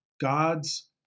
gods